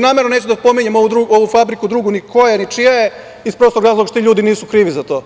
Namerno neću da spominjem ovu drugu fabriku, ni koja je, ni čija je, iz prostog razloga što ti ljudi nisu krivi za to,